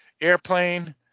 airplane